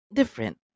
different